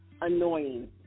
annoying